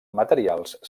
materials